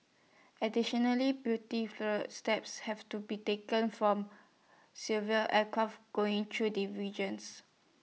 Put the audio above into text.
additionally beauty through steps have to be taken from aircraft going through the regions